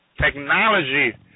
technology